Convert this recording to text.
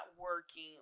working